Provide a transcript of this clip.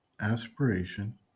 aspiration